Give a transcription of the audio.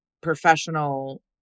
professional